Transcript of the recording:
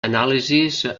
anàlisis